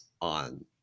on